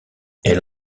elle